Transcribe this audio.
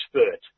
expert